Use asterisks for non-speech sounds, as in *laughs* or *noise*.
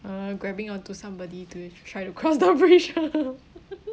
uh grabbing onto somebody to try to cross the bridge *laughs*